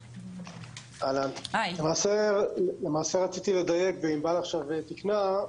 למעשה רציתי לדייק, וענבל עכשיו תיקנה,